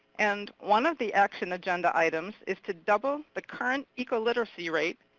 and one of the action agenda items is to double the current eco-literacy rate,